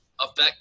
affect